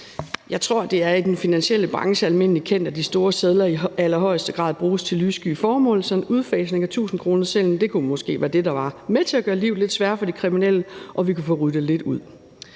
Jeg tror, at det i den finansielle branche er almindeligt kendt, at de store sedler i allerhøjeste grad bruges til lyssky formål, så en udfasning af tusindkronesedlen kunne måske være det, der var med til at gøre livet lidt sværere for de kriminelle, og vi kan få ryddet lidt ud.